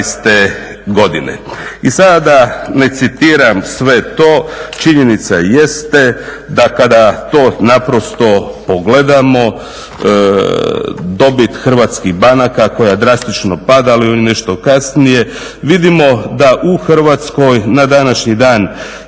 I sad da ne citiram sve to činjenica jeste da kada to naprosto pogledamo dobit hrvatskih banaka koja drastično pada, ali i nešto kasnije vidimo da u Hrvatskoj na današnji dan